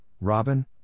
Robin